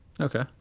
Okay